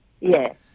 Yes